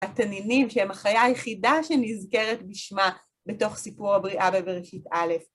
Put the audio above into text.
התנינים שהם החיה היחידה שנזכרת בשמה בתוך סיפור הבריאה בבראשית א'.